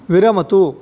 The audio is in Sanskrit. विरमतु